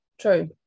True